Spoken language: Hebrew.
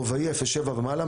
רובאי 07 ומעלה,